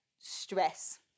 stress